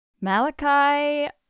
Malachi